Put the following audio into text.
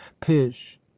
pish